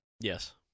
Yes